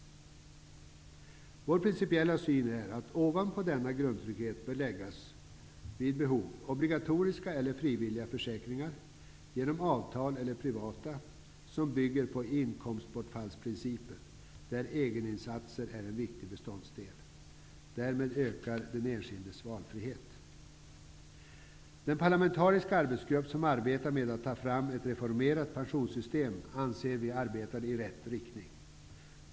Vår principiella syn är att det vid behov ovanpå denna grundtrygghet bör läggas obligatoriska el ler frivilliga försäkringar. De kan vara privata el ler tecknas genom avtal. De skall bygga på in komstbortfallsprincipen, där egeninsatser är en viktig beståndsdel. Därmed ökar den enskildes valfrihet. Den parlamentariska arbetsgrupp som arbetar med att ta fram ett reformerat pensionssystem ar betar i rätt riktning.